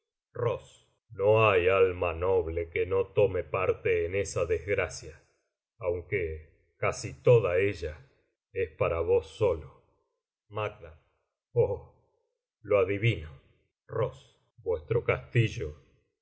no hay alma noble que no tome parte en esa desgracia aunque casi toda ella es para vos solo macd oh lo adivino ross vuestro castillo